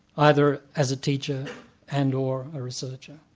either as a teacher and or a researcher.